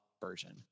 version